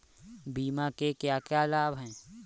बीमा के क्या क्या लाभ हैं?